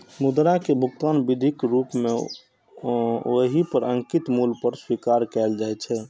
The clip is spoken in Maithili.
मुद्रा कें भुगतान विधिक रूप मे ओइ पर अंकित मूल्य पर स्वीकार कैल जाइ छै